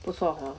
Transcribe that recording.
不错 hor